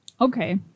Okay